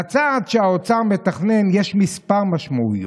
לצעד שהאוצר מתכנן יש מספר משמעויות.